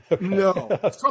No